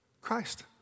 Christ